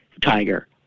tiger